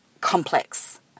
complex